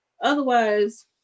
otherwise